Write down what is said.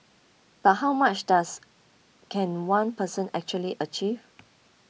but how much does can one person actually achieve